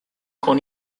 con